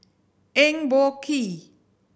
Eng Boh Kee